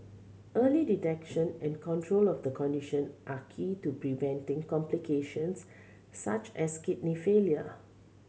early detection and control of the condition are key to preventing complications such as kidney failure